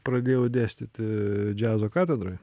pradėjau dėstyti džiazo katedroj